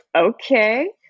okay